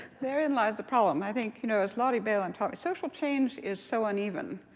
therein lies the problem. i think you know as lotte bailyn talked social change is so uneven.